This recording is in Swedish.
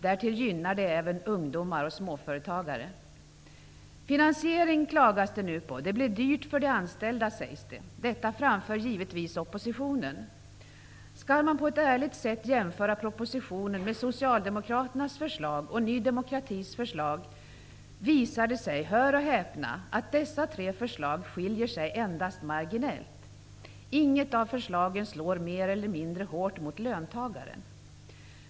Därtill gynnar detta även ungdomar och småföretagare. Det klagas nu på finansieringen. Det blir dyrt för de anställda, sägs det. Detta framförs givetvis av oppositionen. Skall man på ett ärligt sätt jämföra propositionens förslag med socialdemokraternas förslag och Ny demokratis förslag, visar det sig -- hör och häpna -- att dessa tre förslag endast skiljer sig marginellt. Inget av förslagen slår mer eller mindre hårt mot löntagaren.